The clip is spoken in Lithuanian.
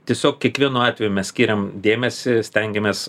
tiesiog kiekvienu atveju mes skiriam dėmesį stengiamės